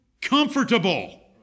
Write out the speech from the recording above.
comfortable